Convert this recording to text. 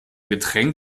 getränk